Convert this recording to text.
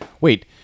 wait